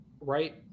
right